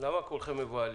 למה כולכם מבוהלים?